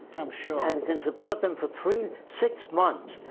i'm sure. and can support them for three, six months.